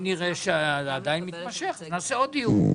אם נראה שזה עדיין מתמשך, נקיים עוד דיון.